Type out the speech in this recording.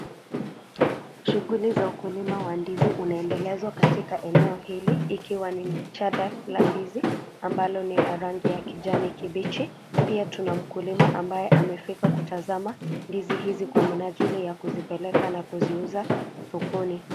Shughuli za ukulima wa ndizi unaendelezwa katika eneo hili, ikiwa ni shada la ndizi ambalo ni la rangi ya kijani kibichi. Pia, tuna mkulima ambaye amefika kumtazama ndizi hizi kwa minajili ya kuzipeleka na kuziuza sokoni.